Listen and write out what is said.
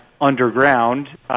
underground